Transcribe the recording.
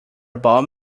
about